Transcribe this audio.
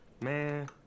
Man